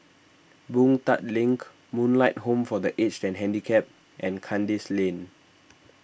Boon Tat Link Moonlight Home for the Aged and Handicapped and Kandis Lane